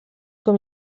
com